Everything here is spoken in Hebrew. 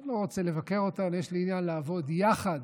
אני לא רוצה לבקר אותן, יש לי עניין לעבוד יחד